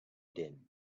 din